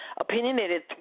opinionated